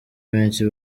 iminsi